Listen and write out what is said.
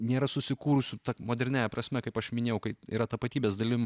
nėra susikūrusių moderniąja prasme kaip aš minėjau kai yra tapatybės dalim